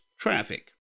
traffic